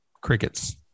Crickets